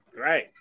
Right